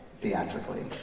theatrically